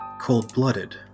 cold-blooded